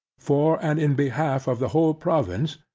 for, and in behalf of the whole province,